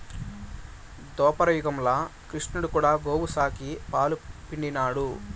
దోపర యుగంల క్రిష్ణుడు కూడా గోవుల సాకి, పాలు పిండినాడు